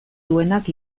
duenak